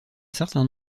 certain